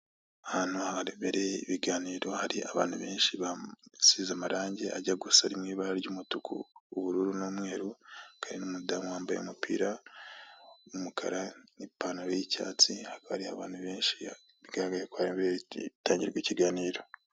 Ahantu harebereye ibiganiro hari abantu benshi bisize amarange ajya gusa ari mu ibara ry'umutuku, ubururu n'umweru, hakaba hari n'umudamu wambaye umupira w'umukara n'ipantaro y'icyatsi, hakaba hariho abantu benshi bigaragara ko haratangirwa ikiganiro.